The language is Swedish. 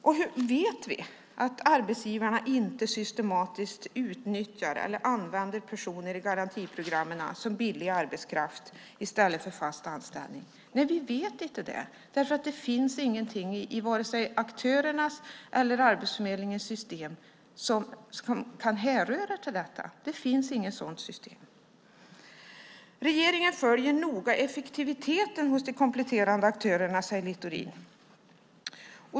Hur vet vi att arbetsgivarna inte systematiskt utnyttjar eller använder personer i garantiprogrammen som billig arbetskraft i stället för fast anställning? Vi vet inte det. Det finns ingenting i vare sig aktörernas eller Arbetsförmedlingens system som kan visa detta. Det finns inget sådant system. Regeringen följer noga effektiviteten hos de kompletterande aktörerna, säger Littorin.